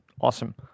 awesome